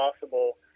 possible